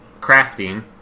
crafting